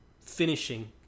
finishing